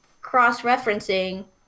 cross-referencing